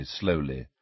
slowly